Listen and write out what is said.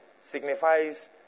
signifies